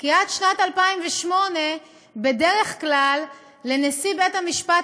כי עד שנת 2008 בדרך כלל לנשיא בית-המשפט